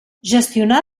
gestionar